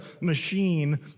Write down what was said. machine